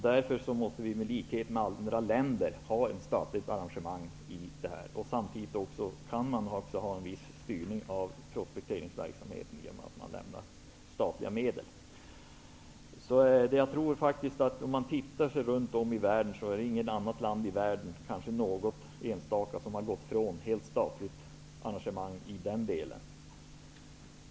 Därför måste vi i likhet med andra länder ha ett statligt engagemang. Samtidigt kan man också ha en viss styrning av prospekteringsverksamheten, i och med att man lämnar statliga medel. Det är inget annat land i världen, utom kanske något enstaka, som har gått ifrån statligt engagemang helt i den delen.